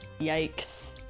Yikes